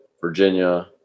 Virginia